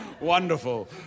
Wonderful